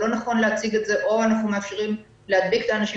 לא נכון להציג את זה: או שאנחנו מאפשרים להדביק את האנשים